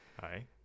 Hi